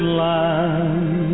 land